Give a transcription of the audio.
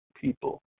people